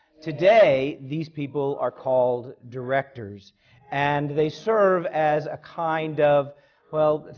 today, these people are called directors and they serve as a kind of well,